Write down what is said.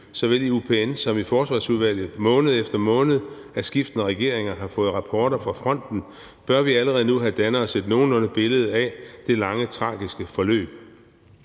såvel i UPN som i Forsvarsudvalget, måned efter måned af skiftende regeringer har fået rapporter fra fronten, bør vi allerede nu have dannet os et nogenlunde billede af det lange, tragiske forløb.